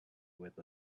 with